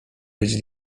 być